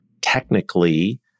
technically